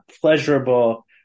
pleasurable